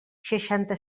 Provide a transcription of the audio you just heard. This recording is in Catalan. seixanta